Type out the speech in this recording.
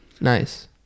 Nice